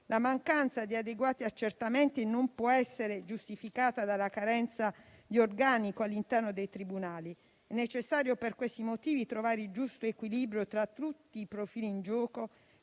La mancanza di adeguati accertamenti non può essere giustificata dalla carenza di organico all'interno dei tribunali. È necessario per questi motivi trovare il giusto equilibrio tra tutti i profili in gioco,